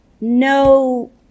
no